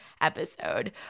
episode